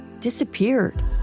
disappeared